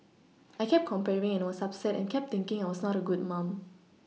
I kept comparing and was upset and kept thinking I was not a good mum